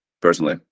personally